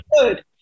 good